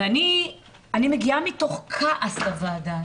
אני מגיעה מתוך כעס לוועדה.